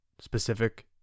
Specific